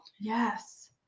yes